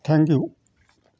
thank you